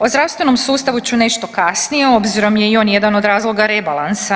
O zdravstvenom ću sustavu nešto kasnije obzirom je i on jedan od razloga rebalansa.